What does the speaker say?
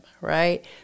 right